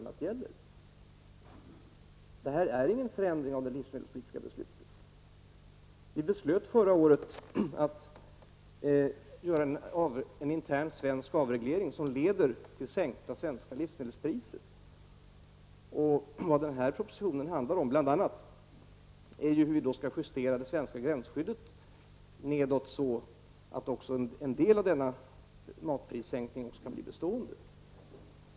Det är inte fråga om någon förändring av det livsmedelspolitiska beslutet. Vi beslöt förra året att göra en intern svensk avreglering, som leder till sänkta svenska livsmedelspriser. Vad denna proposition handlar om är bl.a. hur vi då skall justera det svenska gränsskyddet nedåt, så att också en del av denna matprissänkning skall bli bestående.